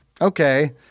Okay